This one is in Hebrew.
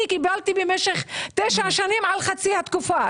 קיבלתי במשך תשע שנים על חצי התקופה.